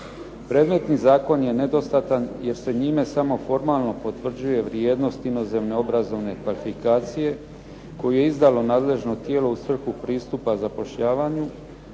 Predmetni Zakon je nedostatan jer se njime samo formalno potvrđuje vrijednost inozemne obrazovne kvalifikacije koje je izdalo nadležno tijelo u svrhu pristupa zapošljavanju,